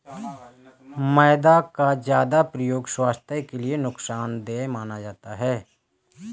मैदा का ज्यादा प्रयोग स्वास्थ्य के लिए नुकसान देय माना जाता है